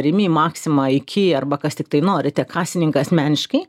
rimi maxima iki arba kas tiktai norite kasininką asmeniškai